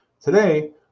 Today